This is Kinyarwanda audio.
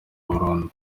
burundu